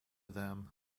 them